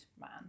man